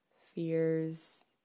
fears